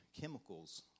chemicals